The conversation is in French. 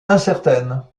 incertaine